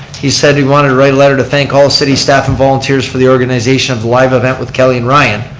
he said he wanted to write a letter to thank all city staff and volunteers for the organization of the live event with kelly and ryan.